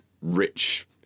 rich